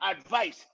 advice